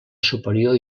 superior